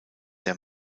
der